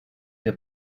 que